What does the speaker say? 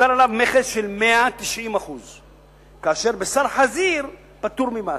מוטל עליו מכס של 190%. כאשר בשר חזיר פטור ממס.